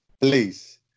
please